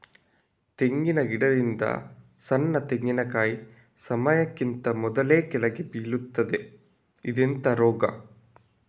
ತೆಂಗಿನ ಗಿಡದಿಂದ ಸಣ್ಣ ತೆಂಗಿನಕಾಯಿ ಸಮಯಕ್ಕಿಂತ ಮೊದಲೇ ಕೆಳಗೆ ಬೀಳುತ್ತದೆ ಇದೆಂತ ರೋಗ?